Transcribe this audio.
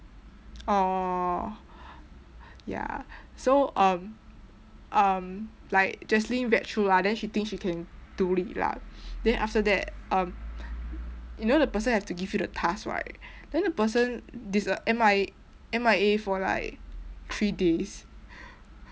orh ya so um um like jaslyn read through lah then she think she can do it lah then after that um you know the person have to give you the task right then the person disa~ M I M_I_A for like three days